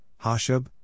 Hashab